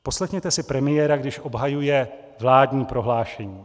Poslechněte si premiéra, když obhajuje vládní prohlášení.